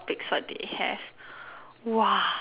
!wah!